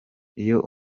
iyo